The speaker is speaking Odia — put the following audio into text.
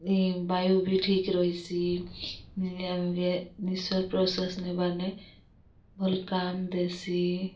ଇ ବାୟୁ ବି ଠିକ୍ ରହେସି ଆମ୍କେ ନିଶ୍ୱାସ୍ ପ୍ରଶ୍ୱାସ୍ ନେବାର୍ନେ ଭଲ୍ କାମ୍ ଦେସି